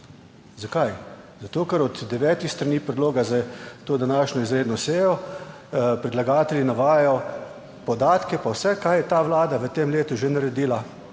Zakaj? Zato, ker od devetih strani predloga za to današnjo izredno sejo predlagatelji navajajo podatke, pa vse, kar je ta Vlada v tem letu že naredila,